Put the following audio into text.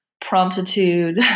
promptitude